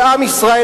ועם ישראל,